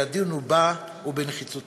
הרבים העומדים בפני דור האמנים הבוגר.